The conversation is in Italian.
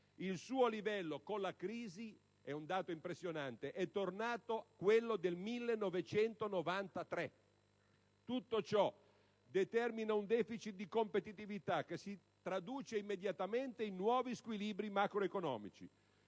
il suo livello con la crisi - è un dato impressionante - è tornato quello del 1993. Tutto ciò determina un deficit di competitività, che si traduce immediatamente in nuovi squilibri macroeconomici: